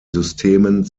systemen